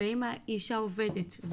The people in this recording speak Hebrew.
ואם האישה עובדת,